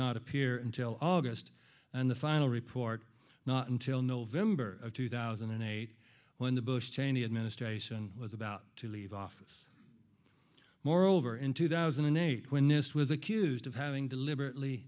not appear until august and the final report not until november of two thousand and eight when the bush cheney administration was about to leave office moreover in two thousand and eight when this was accused of having deliberately